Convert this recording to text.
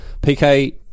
PK